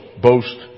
boast